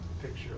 picture